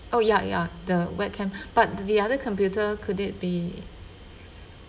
oh ya ya the web cam but the the other computer could it be